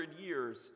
years